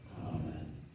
Amen